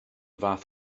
fath